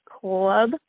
club